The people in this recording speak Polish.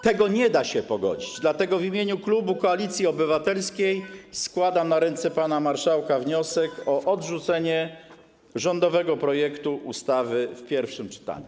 Tego nie da się pogodzić, dlatego w imieniu klubu Koalicji Obywatelskiej składam na ręce pana marszałka wniosek o odrzucenie rządowego projektu ustawy w pierwszym czytaniu.